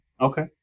Okay